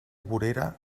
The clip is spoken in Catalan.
vorera